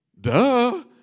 Duh